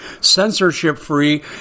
censorship-free